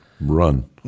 run